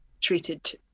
treated